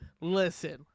Listen